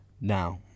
now